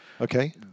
Okay